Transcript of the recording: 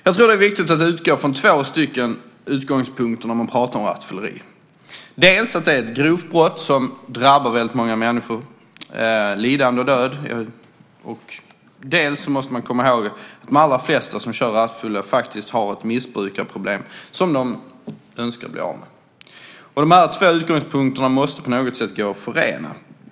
Jag tror att det är viktigt att man utgår från två utgångspunkter när man pratar om rattfylleri, dels att det är ett grovt brott som drabbar väldigt många människor med lidande och död, dels att de allra flesta som kör rattfulla faktiskt har ett missbruksproblem som de önskar bli av med. De här två utgångspunkterna måste på något sätt gå att förena.